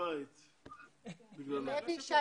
אנחנו מנסים